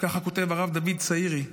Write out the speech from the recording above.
ככה כותב הרב דוד צאירי,